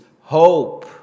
hope